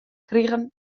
krigen